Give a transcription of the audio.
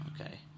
okay